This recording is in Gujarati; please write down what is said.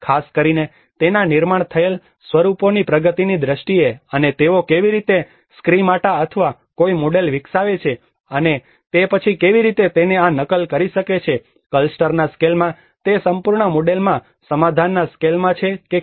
ખાસ કરીને તેના નિર્માણ થયેલ સ્વરૂપોની પ્રગતિની દ્રષ્ટિએ અને તેઓ કેવી રીતે સ્કીમાટા અથવા કોઈ મોડેલ વિકસાવે છે અને તે પછી તે કેવી રીતે તેને આ નકલ કરી શકે છે કે ક્લસ્ટરના સ્કેલમાં તે સંપૂર્ણ મોડેલમાં સમાધાનના સ્કેલમાં છે કે કેમ